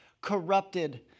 corrupted